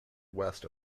west